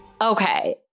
Okay